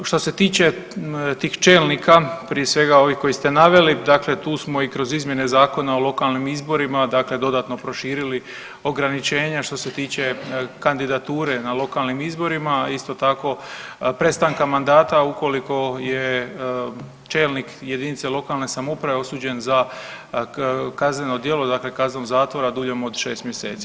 Što se tiče tih čelnika, prije svega ovih koje ste naveli, dakle tu smo i kroz izmjene Zakona o lokalnim izborima dakle dodatno proširili ograničenja što se tiče kandidature na lokalnim izborima, a isto tako prestanka mandata ukoliko je čelnik JLS osuđen za kazneno djelo, dakle kaznu zatvora duljem od 6 mjeseci.